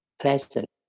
pleasant